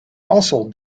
also